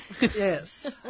Yes